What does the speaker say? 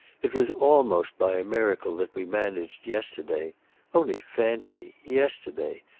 it was almost by a miracle that we managed yesterday only fancy yesterday!